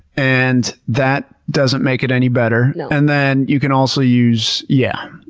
and that doesn't make it any better. and then you can also use, yeah,